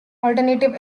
alternative